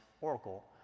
Oracle